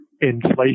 inflation